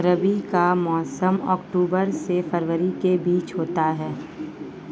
रबी का मौसम अक्टूबर से फरवरी के बीच होता है